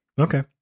Okay